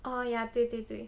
oh ya 对对对